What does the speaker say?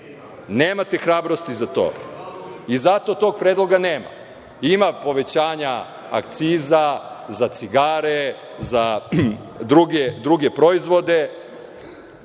nemate hrabrosti za to i zato tog predloga nema. Ima povećanja akciza za cigare, za druge proizvode